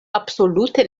absolute